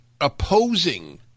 opposing